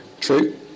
True